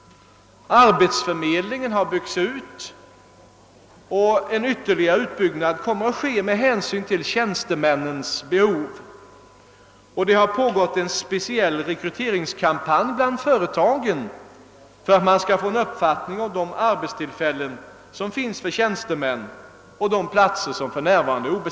Arbetsförmedlingen har byggts ut, och en ytterligare utbyggnad med hänsyn till tjänstemännens behov kommer att ske. Det har också pågått en speciell rekryteringskampanj bland företagen för att man skall få en uppfattning om de arbetstillfällen som finns för tjänstemän.